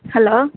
hello